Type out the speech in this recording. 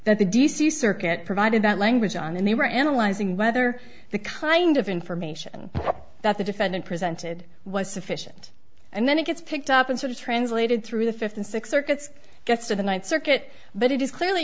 that the d c circuit provided that language on and they were analyzing whether the kind of information that the defendant presented was sufficient and then it gets picked up and sort of translated through the fifth and sixth circuits gets to the ninth circuit but it is clearly